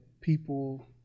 people